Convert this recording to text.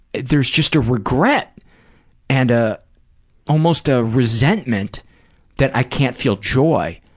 there's just a regret and almost a resentment that i can't feel joy.